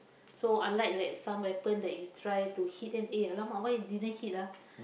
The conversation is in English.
so unlike like some weapon that you try to hit then eh !alamak! why didn't hit ah